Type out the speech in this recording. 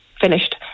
finished